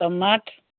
tomato